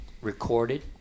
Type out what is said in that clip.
recorded